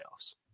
playoffs